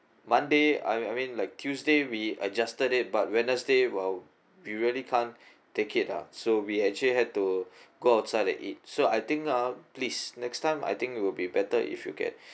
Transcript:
monday I mean like tuesday we adjusted it but wednesday while we really can't take it ah so we actually had to go outside and eat so I think ah please next time I think it will be better if you get